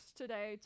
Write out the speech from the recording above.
today